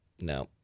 no